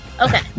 Okay